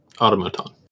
automaton